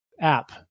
app